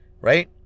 right